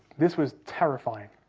this was terrifying.